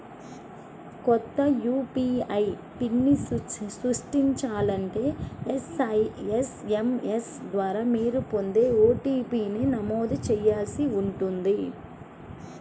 కొత్త యూ.పీ.ఐ పిన్ని సృష్టించాలంటే ఎస్.ఎం.ఎస్ ద్వారా మీరు పొందే ఓ.టీ.పీ ని నమోదు చేయాల్సి ఉంటుంది